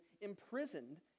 imprisoned